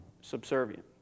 subservient